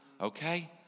Okay